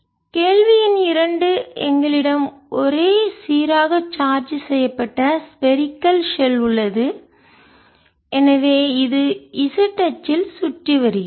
கேள்வி எண் இரண்டு எங்களிடம் ஒரே சீராக சார்ஜ் செய்யப்பட்ட ஸ்பேரிக்கல் கோள ஷெல் உள்ளது எனவே இது z அச்சில் சுற்றி வருகிறது